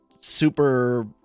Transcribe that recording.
super